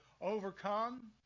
overcome